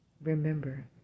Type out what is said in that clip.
Remember